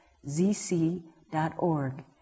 zc.org